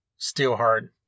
Steelheart